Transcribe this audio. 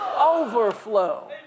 overflow